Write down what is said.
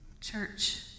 Church